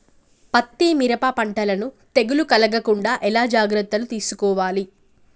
పత్తి మిరప పంటలను తెగులు కలగకుండా ఎలా జాగ్రత్తలు తీసుకోవాలి?